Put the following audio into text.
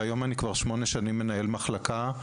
וכיום אני מנהל מחלקה מזה שמונה שנים.